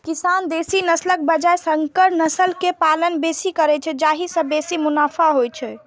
किसान देसी नस्लक बजाय संकर नस्ल के पालन बेसी करै छै, जाहि सं बेसी मुनाफा होइ छै